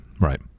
right